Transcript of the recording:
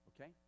okay